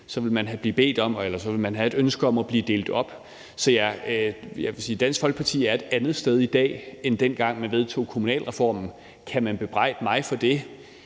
ville man få det svar, at der var et ønske om at blive delt op. Så jeg vil sige, at Dansk Folkeparti er et andet sted i dag end dengang, man vedtog kommunalreformen. Kan man bebrejde mig for det?